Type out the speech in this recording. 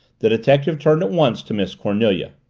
the detective turned at once to miss cornelia.